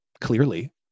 clearly